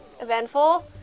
eventful